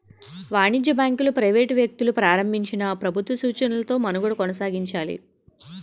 వాణిజ్య బ్యాంకులు ప్రైవేట్ వ్యక్తులు ప్రారంభించినా ప్రభుత్వ సూచనలతో మనుగడ కొనసాగించాలి